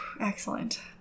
Excellent